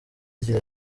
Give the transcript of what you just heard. agira